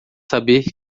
saber